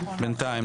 בינתיים.